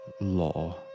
law